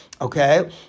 Okay